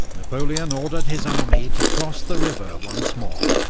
napoleon ordered his army to cross the river once more.